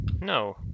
No